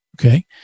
Okay